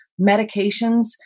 Medications